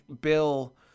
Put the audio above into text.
Bill